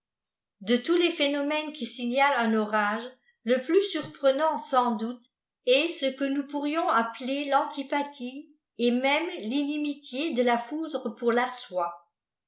de tous les phénomènes qui signalent un t rage le pkia wif nantsans iloate est ce ce noqs pourrions appeler i'antipatfc même tinimitié de la foudre pour la soie